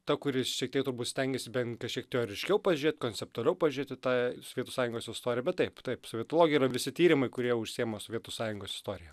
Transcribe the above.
ta kuri šiek tiek turbūt stengiasi bent kažkiek teoriškiau pažiūrėt konceptualiau pažiūrėt į tą sovietų sąjungos istoriją bet taip taip sovietologija visi tyrimai kurie užsiima sovietų sąjungos istorija